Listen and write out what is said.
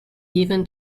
given